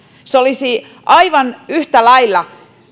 se olisi aivan yhtä lailla